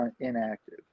inactive